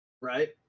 right